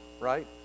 right